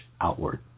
outward